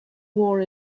war